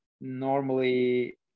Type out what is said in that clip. Normally